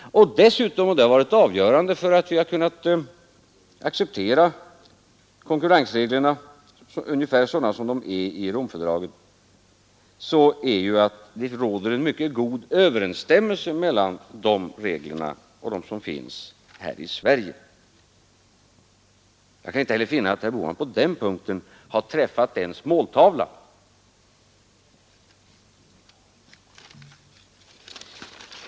Dessutom och det har varit avgörande för att vi kunnat acceptera konkurrensreglerna ungefär sådana som de är i Romfördraget — råder det en mycket god överensstämmelse mellan de reglerna och de regler som finns här i Sverige. Jag kan inte finna att herr Bohman på den punkten har träffat ens måltavlan.